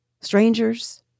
strangers